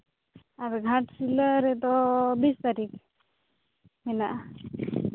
ᱟᱨ ᱜᱷᱟᱴᱥᱤᱞᱟᱹ ᱨᱮᱫᱚ ᱵᱤᱥ ᱛᱟᱹᱨᱤᱠᱷ ᱦᱮᱱᱟᱜᱼᱟ